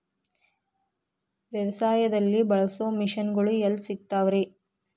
ವ್ಯವಸಾಯದಲ್ಲಿ ಬಳಸೋ ಮಿಷನ್ ಗಳು ಎಲ್ಲಿ ಸಿಗ್ತಾವ್ ರೇ?